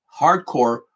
hardcore